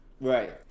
right